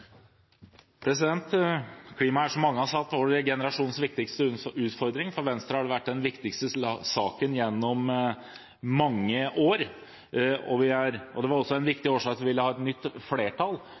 som mange har sagt, vår generasjons viktigste utfordring. For Venstre har det vært den viktigste saken gjennom mange år. Det var også en viktig årsak til at vi